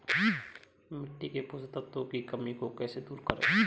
मिट्टी के पोषक तत्वों की कमी को कैसे दूर करें?